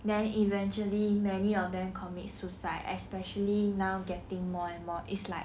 then eventually many of them commit suicide especially now getting more and more it's like